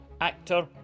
actor